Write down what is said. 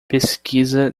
pesquisa